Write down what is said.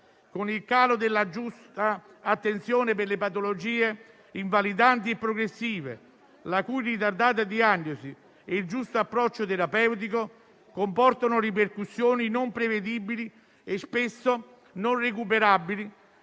con il calo della giusta attenzione per le patologie invalidanti e progressive, la cui ritardata diagnosi e il mancato giusto approccio terapeutico comportano ripercussioni non prevedibili e spesso non recuperabili